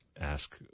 ask